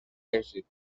èxit